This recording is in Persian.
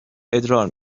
ادرار